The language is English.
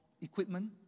equipment